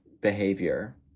behavior